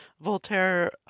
Voltaire